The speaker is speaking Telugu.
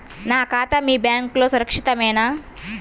నా ఖాతా మీ బ్యాంక్లో సురక్షితమేనా?